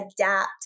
adapt